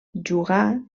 jugà